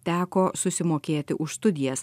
teko susimokėti už studijas